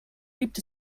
gibt